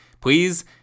Please